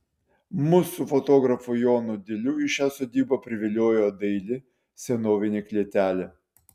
mus su fotografu jonu diliu į šią sodybą priviliojo daili senovinė klėtelė